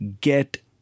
get